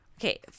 Okay